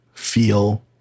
Feel